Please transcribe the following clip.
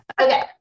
Okay